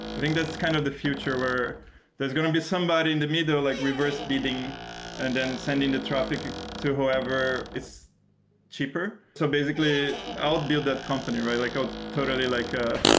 i think that's kind of the future where there's going to be somebody in the middle like reverse bidding and then sending the traffic to whoever is cheaper. so basically, i'll build that company, and like i'll totally like ah